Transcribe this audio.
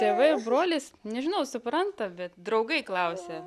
tėvai brolis nežinau supranta bet draugai klausia